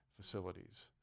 facilities